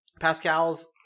Pascal's